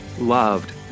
loved